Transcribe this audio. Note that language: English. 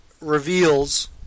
reveals